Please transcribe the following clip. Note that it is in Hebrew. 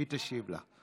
היא תשיב לה.